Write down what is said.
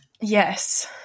Yes